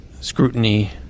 scrutiny